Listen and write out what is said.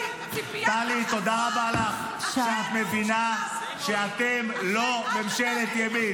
טלי, תודה רבה לך שאת מבינה שאתם לא ממשלת ימין.